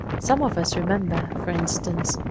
some of us remember, for instance,